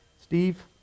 Steve